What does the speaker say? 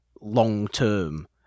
long-term